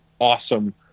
awesome